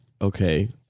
okay